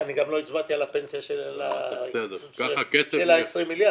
גם לא הצבעתי על הפנסיה של ה-20 מיליארד,